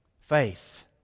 Faith